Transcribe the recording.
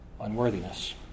unworthiness